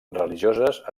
religioses